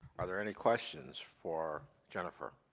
are there any questions for jennifer?